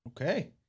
Okay